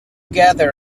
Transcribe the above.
gather